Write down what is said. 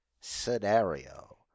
scenario